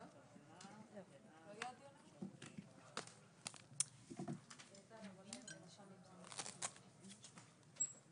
14:38.